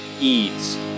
Eads